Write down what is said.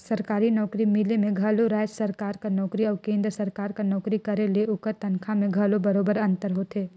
सरकारी नउकरी मिले में घलो राएज सरकार कर नोकरी अउ केन्द्र सरकार कर नोकरी करे ले ओकर तनखा में घलो बरोबेर अंतर होथे